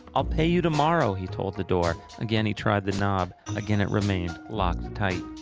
i'll pay you tomorrow he told the door. again he tried the knob, again it remained locked tight.